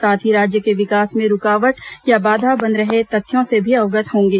साथ ही राज्य के विकास में रूकावट या बाधा बन रहे तथ्यों से भी अवगत होंगे